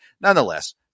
nonetheless